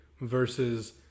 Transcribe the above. versus